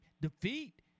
defeat